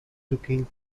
looking